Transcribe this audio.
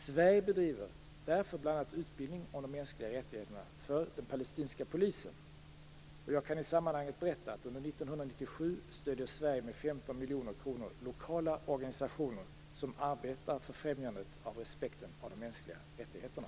Sverige bedriver därför bl.a. utbildning om de mänskliga rättigheterna för den palestinska polisen. Jag kan i sammanhanget berätta att under 1997 stöder Sverige med 15 miljoner kronor lokala organisationer som arbetar för främjandet av respekten för de mänskliga rättigheterna.